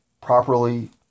properly